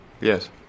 Yes